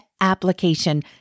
application